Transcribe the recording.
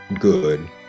good